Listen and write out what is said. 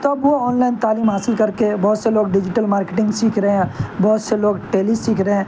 تب وہ آنلائن تعلیم حاصل کر کے بہت سے لوگ ڈیجیٹل مارکیٹنگ سیکھ رہے ہیں بہت سے لوگ ٹیلی سیکھ رہے ہیں